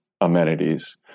amenities